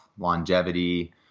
longevity